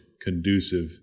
conducive